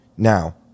Now